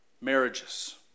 marriages